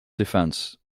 defense